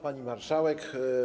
Pani Marszałek!